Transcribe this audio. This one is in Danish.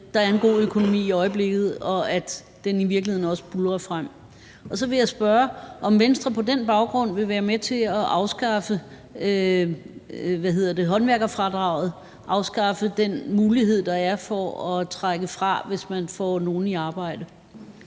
der er en god økonomi i øjeblikket, og at den i virkeligheden også buldrer frem. Så vil jeg spørge, om Venstre på den baggrund vil være med til at afskaffe håndværkerfradraget; afskaffe den mulighed, der er, for at trække fra, hvis man får nogen i arbejde.